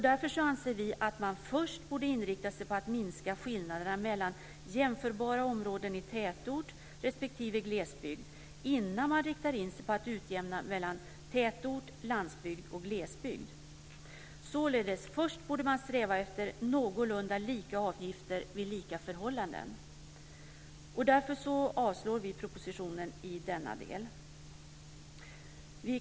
Därför anser vi att man först borde inrikta sig på att minska skillnaderna mellan jämförbara områden i tätort respektive glesbygd innan man riktar in sig på att utjämna mellan tätort, landsbygd och glesbygd. Således borde man först sträva efter någorlunda lika avgifter vid lika förhållanden. Därför avstyrker vi propositionen i denna del.